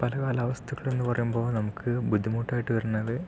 പല കാലാവസ്ഥകളെന്ന് പറയുമ്പോൾ നമുക്ക് ബുദ്ധിമുട്ടായിട്ട് വരുന്നത്